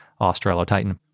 Australotitan